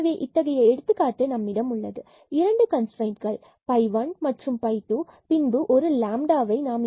எனவே இத்தகைய எடுத்துக்காட்டு நம்மிடம் உள்ளது 2 கன்ஸ்ட்ரைன்ட் 1xy and 2xy பின்பு ஒரு லாம்டாவை 11xy22xy